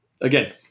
again